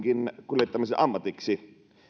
kuljettamisenkin ammatiksi